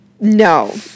No